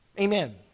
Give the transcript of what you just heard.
Amen